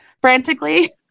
frantically